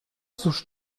cóż